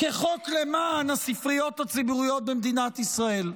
כחוק למען הספריות הציבוריות במדינת ישראל.